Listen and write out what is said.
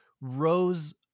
Rose